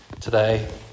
today